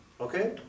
Okay